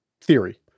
theory